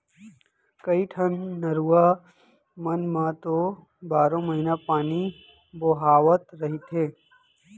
कइठन नरूवा मन म तो बारो महिना पानी बोहावत रहिथे